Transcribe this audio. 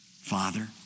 Father